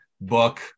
book